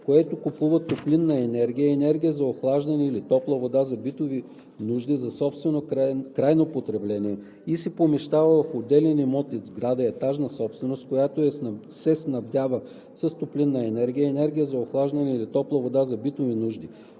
което купува топлинна енергия, енергия за охлаждане или топла вода за битови нужди за собствено крайно потребление и се помещава в отделен имот от сграда – етажна собственост, която се снабдява с топлинна енергия, енергия за охлаждане или топла вода за битови нужди